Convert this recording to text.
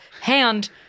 hand